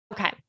okay